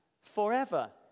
forever